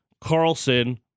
Carlson